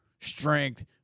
strength